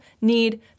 need